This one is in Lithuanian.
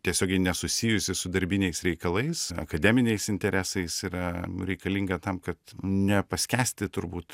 tiesiogiai nesusijusi su darbiniais reikalais akademiniais interesais yra reikalinga tam kad nepaskęsti turbūt